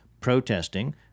protesting